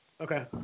Okay